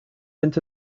into